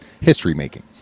history-making